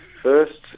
first